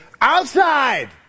outside